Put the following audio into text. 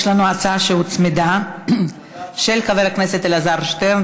יש לנו הצעה שהוצמדה של חבר הכנסת אלעזר שטרן,